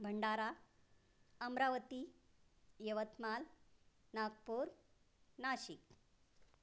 Bhandara Amravati Yavatmal Nagpur Nashik